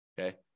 Okay